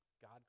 God